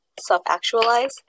self-actualize